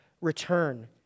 return